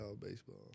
baseball